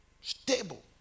Stable